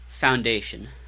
foundation